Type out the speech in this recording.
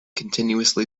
continuously